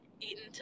eaten